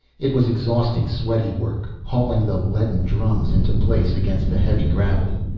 it was exhausting, sweaty work, hauling the leaden drums into place against the heavy gravity.